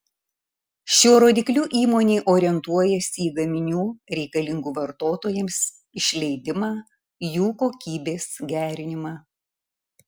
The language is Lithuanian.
šiuo rodikliu įmonė orientuojasi į gaminių reikalingų vartotojams išleidimą jų kokybės gerinimą